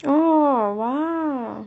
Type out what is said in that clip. oh !wow!